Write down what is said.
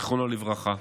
זיכרונו לברכה.